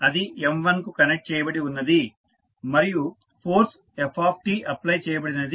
అది M1 కు connect చేయబడి ఉన్నది మరియు ఫోర్స్ f అప్లై చేయబడినది